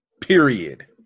Period